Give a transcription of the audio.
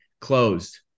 closed